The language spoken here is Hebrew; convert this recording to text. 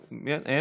אין?